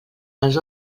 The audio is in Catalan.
les